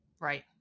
Right